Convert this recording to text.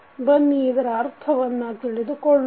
ಬನ್ನಿ ಇದರ ಅರ್ಥವನ್ನು ತಿಳಿದುಕೊಳ್ಳೋಣ